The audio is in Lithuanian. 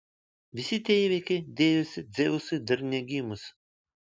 visi tie įvykiai dėjosi dzeusui dar negimus